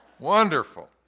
Wonderful